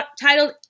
titled